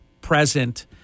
present